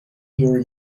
your